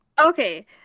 Okay